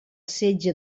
setge